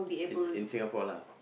it's in Singapore lah